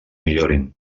millorin